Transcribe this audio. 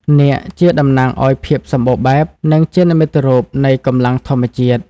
នាគជាតំណាងឱ្យភាពសម្បូរបែប និងជានិមិត្តរូបនៃកម្លាំងធម្មជាតិ។